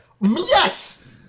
Yes